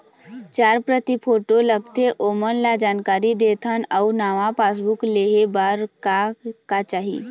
चार प्रति फोटो लगथे ओमन ला जानकारी देथन अऊ नावा पासबुक लेहे बार का का चाही?